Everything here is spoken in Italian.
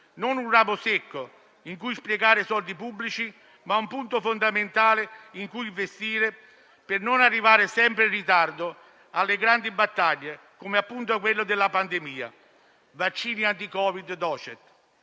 non un ramo secco, in cui sprecare soldi pubblici, ma un punto fondamentale su cui investire per non arrivare sempre in ritardo alle grandi battaglie, come è appunto quella della pandemia. Vaccino anti-Covid *docet*.